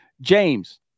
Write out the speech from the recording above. james